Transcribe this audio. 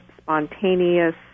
spontaneous